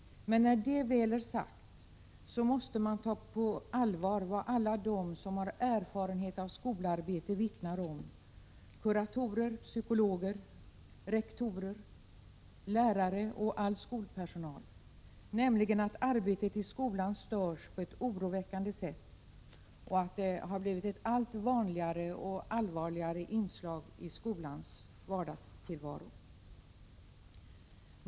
Men när det väl är sagt, måste man ta på allvar vad alla de som har erfarenhet av skolarbetet vittnar om — kuratorer, psykologer, rektorer, lärare och all skolpersonal —, nämligen att arbetet i skolan störs på ett oroväckande sätt och att det blivit allt vanligare och allvarligare inslag i skolans vardagstillvaro.